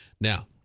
Now